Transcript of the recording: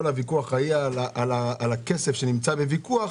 הוויכוח היה על הכסף שבמחלוקת,